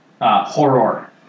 Horror